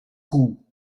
coup